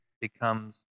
becomes